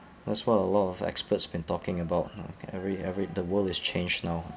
that's what a lot of experts have been talking about lah every every the world is changed now